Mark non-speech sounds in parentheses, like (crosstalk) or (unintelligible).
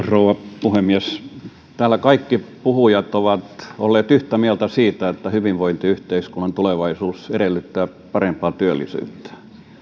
(unintelligible) rouva puhemies täällä kaikki puhujat ovat olleet yhtä mieltä siitä että hyvinvointiyhteiskunnan tulevaisuus edellyttää parempaa työllisyyttä